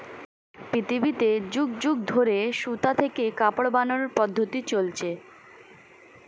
পৃথিবীতে যুগ যুগ ধরে সুতা থেকে কাপড় বানানোর পদ্ধতি চলছে